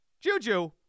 Juju